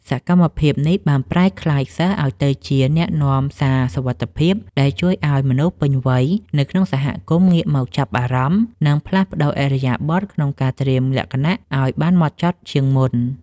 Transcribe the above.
សកម្មភាពនេះបានប្រែក្លាយសិស្សឱ្យទៅជា អ្នកនាំសារសុវត្ថិភាព ដែលជួយឱ្យមនុស្សពេញវ័យនៅក្នុងសហគមន៍ ងាកមកចាប់អារម្មណ៍ និងផ្លាស់ប្តូរឥរិយាបថក្នុងការត្រៀមលក្ខណៈឱ្យបានហ្មត់ចត់ជាងមុន។